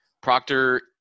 Proctor